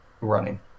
running